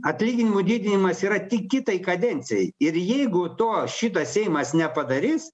atlyginimų didinimas yra tik kitai kadencijai ir jeigu to šitas seimas nepadarys